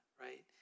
right